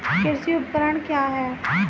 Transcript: कृषि उपकरण क्या है?